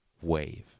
wave